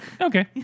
okay